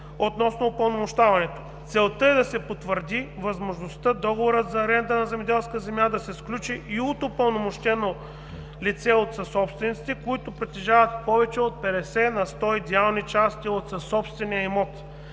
относно упълномощаването. Целта е да се потвърди възможността договорът за аренда на земеделска земя да се сключи и от упълномощено лице от съсобствениците, които притежават повече от 50 на сто идеални части от съсобствения имот,